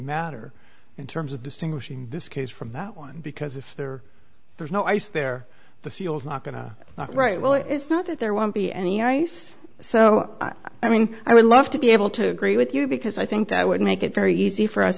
matter in terms of distinguishing this case from that one because if there was no ice there the seals not going to write well it's not that there won't be any ice so i mean i would love to be able to agree with you because i think that would make it very easy for us